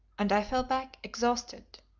and i fell back exhausted.